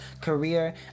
career